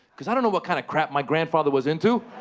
because i don't know what kind of crap my grandfather was into.